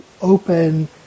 open